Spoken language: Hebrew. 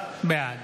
בעד